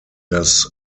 das